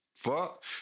Fuck